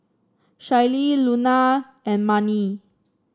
Shaylee Luna and Marni